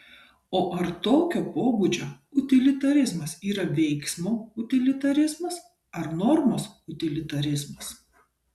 o ar tokio pobūdžio utilitarizmas yra veiksmo utilitarizmas ar normos utilitarizmas